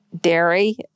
dairy